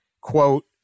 quote